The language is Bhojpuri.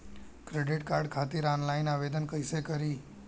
क्रेडिट कार्ड खातिर आनलाइन आवेदन कइसे करि?